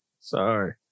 Sorry